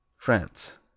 France